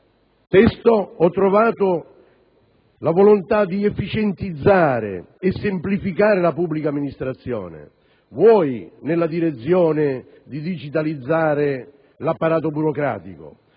testo ho trovato la volontà di efficientizzare e semplificare la pubblica amministrazione, vuoi nella direzione di digitalizzare l'apparato burocratico,